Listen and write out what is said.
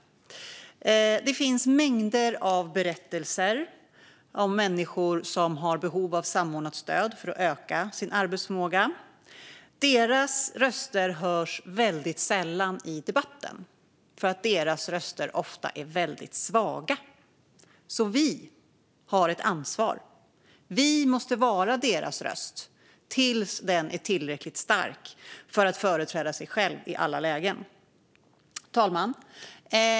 Det finns mängder av berättelser om människor som har behov av samordnat stöd för att öka sin arbetsförmåga. Deras röster hörs väldigt sällan i debatten, för deras röster är ofta väldigt svaga. Vi har alltså ett ansvar. Vi måste vara deras röster tills de är tillräckligt starka så att de kan företräda sig själva i alla lägen. Fru talman!